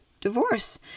divorce